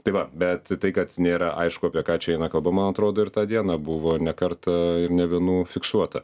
tai va bet tai kad nėra aišku apie ką čia eina kalba man atrodo ir tą dieną buvo ne kartą ir ne vienų fiksuota